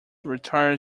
retire